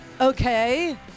Okay